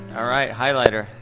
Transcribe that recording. alright, highlighter,